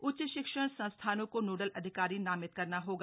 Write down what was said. उच्च शिक्षण संस्थानों को नोडल अधिकारी नामित करना होगा